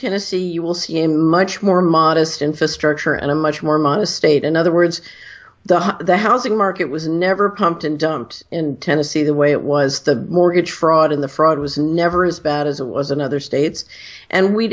tennessee you will see a much more modest infrastructure and a much more modest state in other words the the housing market was never pumped and dumped in tennessee the way it was the mortgage fraud in the fraud was never as bad as it was in other states and we